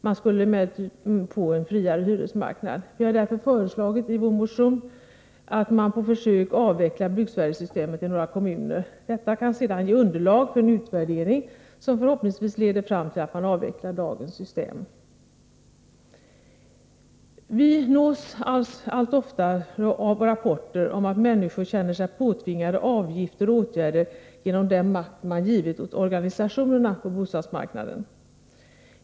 Man skulle emellertid få en friare hyresmarknad. Vi har därför föreslagit i vår motion att man på försök avvecklar bruksvärdessystemet i några kommuner. Detta kan sedan ge underlag till en utvärdering som förhoppningsvis leder fram till att man avvecklar dagens system. Vi nås allt som oftast av rapporter om att människor känner sig påtvingade avgifter och åtgärder genom den makt man givit åt organisationerna på bostadsmarknaden.